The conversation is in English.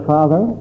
Father